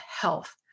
health